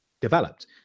developed